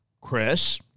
Chris